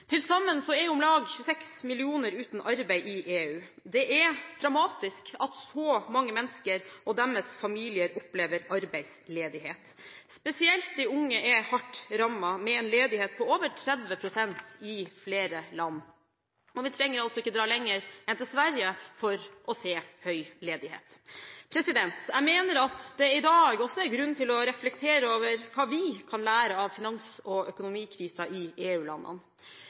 Til sammen er om lag 26 millioner uten arbeid i EU. Det er dramatisk at så mange mennesker og deres familier opplever arbeidsledighet. Spesielt de unge er hardt rammet, med en ledighet på over 30 pst. i flere land. Vi trenger ikke å dra lenger enn til Sverige for å se høy ledighet. Jeg mener at det i dag også er grunn til å reflektere over hva vi kan lære av finans- og økonomikrisen i